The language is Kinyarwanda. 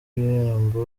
ibihembo